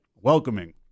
welcoming